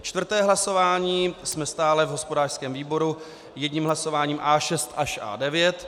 Čtvrté hlasování jsme stále v hospodářském výboru jedním hlasováním A6 až A9.